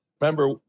remember